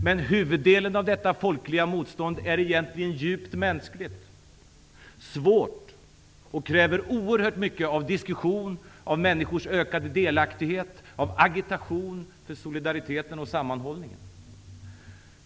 Men huvuddelen av detta folkliga motstånd är egentligen djupt mänskligt och svårt. Det kräver oerhört mycket av diskussion, människors ökade delaktighet och agitation för solidaritet och sammanhållning.